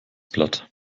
platt